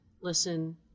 listen